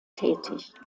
tätig